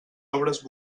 obres